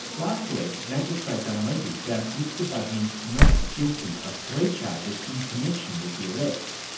last week, magistrate dunlevy found mr bugmy not guilty of three charges in connection with the arrest,